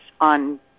on